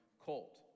colt